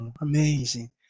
Amazing